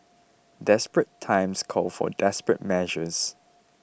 desperate times call for desperate measures